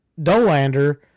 Dolander